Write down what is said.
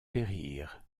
périr